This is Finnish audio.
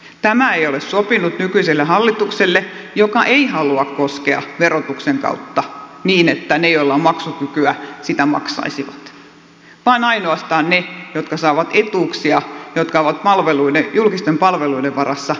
tämä ei ole sopinut nykyiselle hallitukselle joka ei halua koskea asiaan verotuksen kautta niin että ne joilla on maksukykyä sitä maksaisivat vaan ainoastaan ne jotka saavat etuuksia jotka ovat julkisten palveluiden varassa maksavat